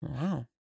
Wow